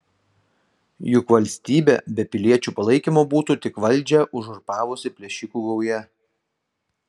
juk valstybė be piliečių palaikymo būtų tik valdžią uzurpavusi plėšikų gauja